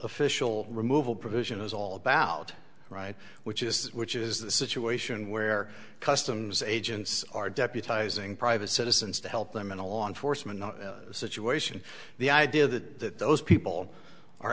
official removal provision is all about right which is which is the situation where customs agents are deputizing private citizens to help them in a law enforcement situation the idea that those people are